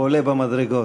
הוא עולה במדרגות.